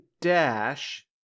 dash